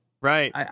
Right